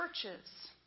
Churches